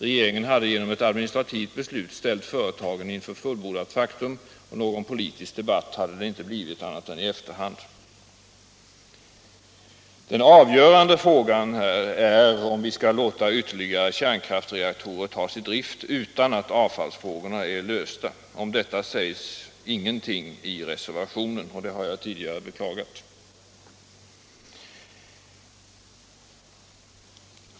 Regeringen hade genom ett administrativt beslut ställt företaget inför fullbordat faktum, och någon politisk debatt hade det inte blivit annat än i efterhand. Den avgörande frågan är om vi skall låta ytterligare kärnkraftreaktorer tas i drift utan att avfallsfrågorna är lösta. Om detta sägs ingenting i reservationen, och det har jag tidigare beklagat.